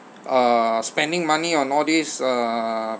uh spending money on these uh